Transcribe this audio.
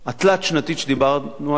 התלת-שנתית שדיברנו עליה,